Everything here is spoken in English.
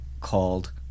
called